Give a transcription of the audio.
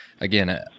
again